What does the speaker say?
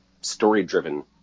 story-driven